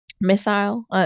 missile